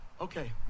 Okay